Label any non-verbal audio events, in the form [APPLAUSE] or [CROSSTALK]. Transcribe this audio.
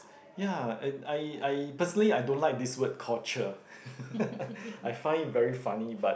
ya and I I personally I don't like this word called cher [LAUGHS] I find it very funny but